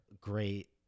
Great